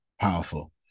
powerful